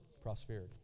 prosperity